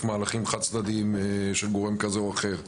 מהלכים חד צדדים של גורם כזה או אחר.